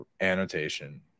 annotation